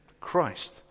Christ